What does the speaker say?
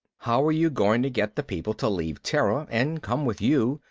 how are you going to get the people to leave terra and come with you,